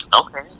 Okay